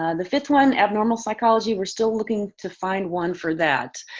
ah the fifth one, abnormal psychology, we're still looking to find one for that.